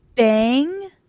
Bang